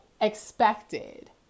expected